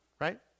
right